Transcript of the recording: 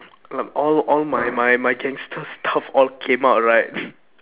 like all all my my my gangster stuff all came out right